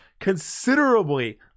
considerably